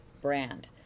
brand